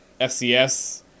FCS